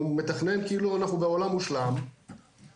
הוא מתכנן כאילו אנחנו בעולם מושלם והכול